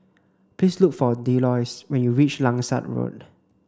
please look for Delois when you reach Langsat Road